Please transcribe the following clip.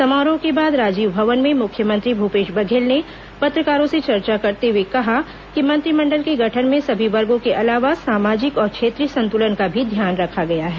समारोह के बाद राजीव भवन में मुख्यमंत्री भूपेश बघेल ने पत्रकारों से चर्चा करते हुए कहा कि मंत्रिमंडल के गठन में सभी वर्गों के अलावा सामाजिक और क्षेत्रीय संतुलन का भी ध्यान रखा गया है